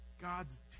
God's